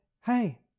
hey